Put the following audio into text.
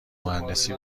مهندسی